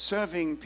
Serving